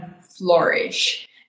flourish